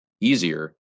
easier